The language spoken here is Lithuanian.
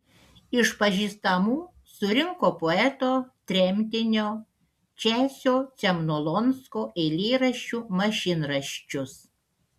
iš pažįstamų surinko poeto tremtinio česio cemnolonsko eilėraščių mašinraščius